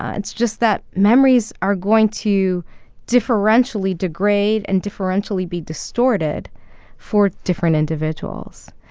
ah it's just that memories are going to differentially degrade and differentially be distorted for different individuals.